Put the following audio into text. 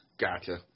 Gotcha